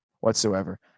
whatsoever